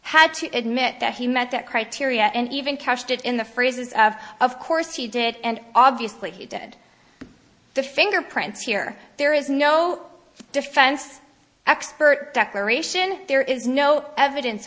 had to admit that he met that criteria and even couched it in the phrases of course he did and obviously he did the fingerprints here there is no defense expert declaration there is no evidence